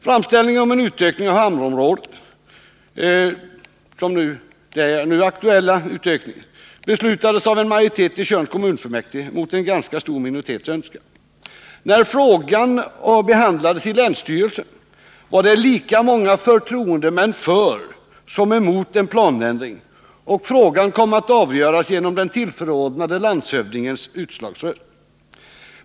Framställningen om en utökning av hamnområdet beslutades av en majoritet i Tjörns kommunfullmäktige mot en ganska stor minoritets önskan. När frågan behandlades i länsstyrelsen var lika många förtroendemän för som emot en planändring, och frågan kom att avgöras genom den tillförordnade landshövdingens utslagsröst.